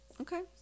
Okay